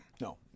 No